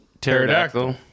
pterodactyl